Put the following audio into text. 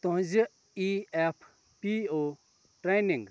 تُہنٛزِ E F P O training